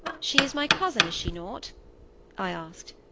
she is my cousin, is she not i asked.